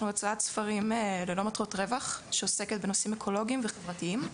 אנחנו הוצאת ספרים ללא מטרות רווח שעוסקת בנושאים אקולוגיים וחברתיים.